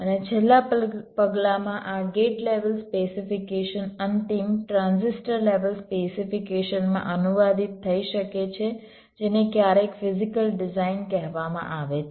અને છેલ્લા પગલાંમાં આ ગેટ લેવલ સ્પેસિફિકેશન અંતિમ ટ્રાન્ઝિસ્ટર લેવલ સ્પેસિફિકેશનમાં અનુવાદિત થઈ શકે છે જેને ક્યારેક ફિઝીકલ ડિઝાઇન કહેવામાં આવે છે